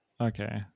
Okay